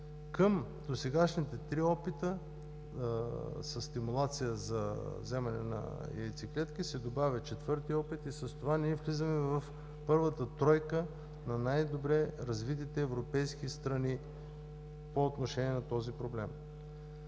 Към досегашните три опита със стимулация за вземане на яйцеклетки се добавя четвърти опит и с това ние влизаме в първата тройка на най-добре развитите европейски страни по отношение на този проблем.